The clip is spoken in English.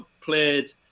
played